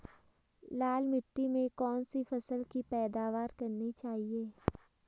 लाल मिट्टी में कौन सी फसल की पैदावार करनी चाहिए?